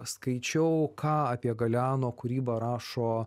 skaičiau ką apie galeano kūrybą rašo